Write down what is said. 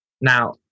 Now